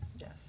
yes